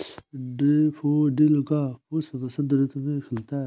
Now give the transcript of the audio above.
daffodil का पुष्प बसंत ऋतु में खिलता है